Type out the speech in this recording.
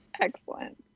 Excellent